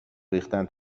ریختن